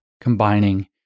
combining